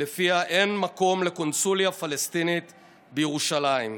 שלפיה אין מקום לקונסוליה פלסטינית בירושלים.